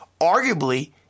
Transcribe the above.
arguably